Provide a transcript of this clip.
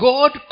God